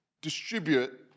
distribute